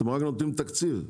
אתם רק נותנים תקציב.